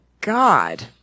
God